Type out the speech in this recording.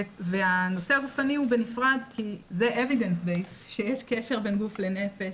והנושא הגופני הוא בנפרד כי זה evidence based שיש קשר בין גוף לנפש